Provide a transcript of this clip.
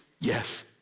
yes